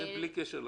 זה בלי קשר לשנה.